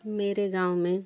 मेरे गाँव में